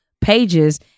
pages